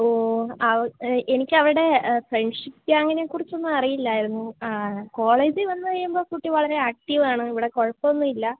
ഓ അവ എനിക്കവളുടെ ഫ്രണ്ട്ഷിപ്പ് ഗാങിനെ കുറിച്ചൊന്നും അറിയില്ലായിരുന്നു ആ കോളേജിൽ വന്നു കഴിയുമ്പോൾ കുട്ടി വളരെ ആക്ടിവാണ് ഇവിടെ കുഴപ്പമൊന്നും ഇല്ല